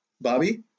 Bobby